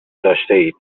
داشتهاید